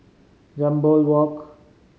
Jambol Walk